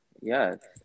Yes